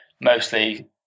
mostly